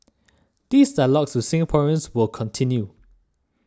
these dialogues with Singaporeans will continue